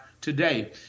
today